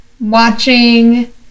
watching